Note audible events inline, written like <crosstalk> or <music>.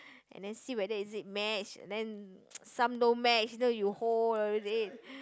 and then see whether is it match and then <noise> some don't match you know you hold eh